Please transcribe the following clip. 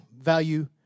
value